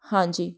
ਹਾਂਜੀ